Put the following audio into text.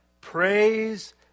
Praise